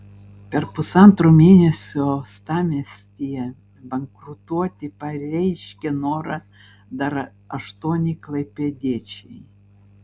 per pusantro mėnesio uostamiestyje bankrutuoti pareiškė norą dar aštuoni klaipėdiečiai